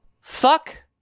Fuck